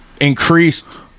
increased